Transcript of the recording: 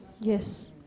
Yes